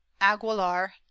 Aguilar